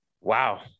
Wow